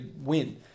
win